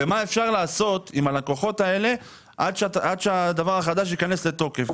ומה אפשר לעשות עם הלקוחות האלה עד שהדבר החדש ייכנס לתוקף?